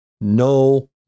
no